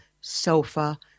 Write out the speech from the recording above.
sofa